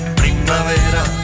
primavera